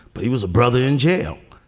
but he was a brother in jail.